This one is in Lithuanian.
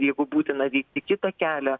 jeigu būtina vykti kitą kelią